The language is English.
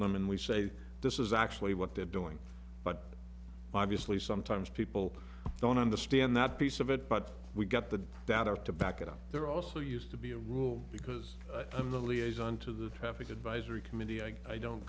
them and we say this is actually what they're doing but obviously sometimes people don't understand that piece of it but we got the data to back it up there also used to be a rule because i'm the liaison to the traffic advisory committee i don't